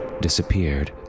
disappeared